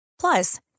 Plus